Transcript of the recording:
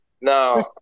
No